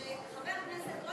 שחבר כנסת לא